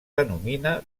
denomina